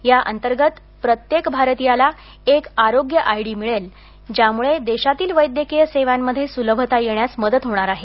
या अंतर्गत प्रत्येक भारतीयाला एक आरोग्य आय डी मिळेल ज्यामुळे देशातील वैद्यकीय सेवांमध्ये स्लभता येण्यास मदत होणार आहे